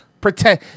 Pretend